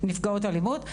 נפגעות אלימות.